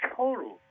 total